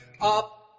up